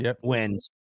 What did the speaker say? wins